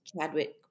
Chadwick